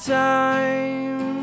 time